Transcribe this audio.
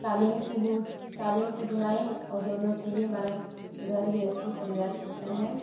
कालीन की कालीन की बुनाई और दोनों से ही हमारा घर गृहस्थी परिवार चलता है